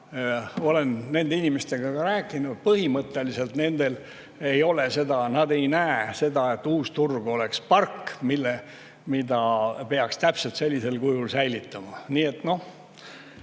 olen nende inimestega ka rääkinud. Põhimõtteliselt nad ei näe seda nii, et uus turg on park, mida peaks täpselt sellisel kujul säilitama. Nii et on